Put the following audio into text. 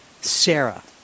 Sarah